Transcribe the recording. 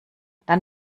dann